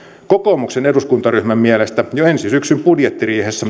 kokoomuksen eduskuntaryhmän mielestä jo ensi syksyn budjettiriihessä